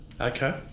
Okay